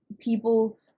people